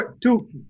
two